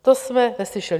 To jsme neslyšeli.